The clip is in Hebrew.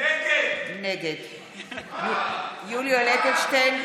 נגד יולי יואל אדלשטיין,